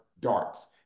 darts